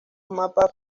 mapas